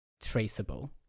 traceable